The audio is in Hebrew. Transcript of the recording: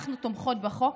אנחנו תומכות בחוק,